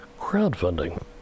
crowdfunding